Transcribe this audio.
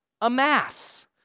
amass